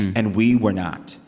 and we were not.